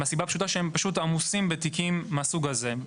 משום שהם עמוסים בתיקים מהסוג הזה.